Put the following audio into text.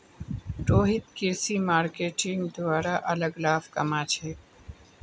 रोहित कृषि मार्केटिंगेर द्वारे अच्छा लाभ कमा छेक